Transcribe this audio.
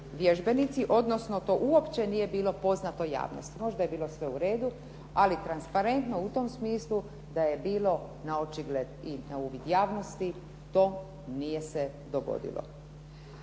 odnosno to uopće nije bilo poznato javnosti. Možda je bilo sve u redu, ali transparentno u tom smislu da je bilo naočigled i na uvid javnosti, to nije se dogodilo.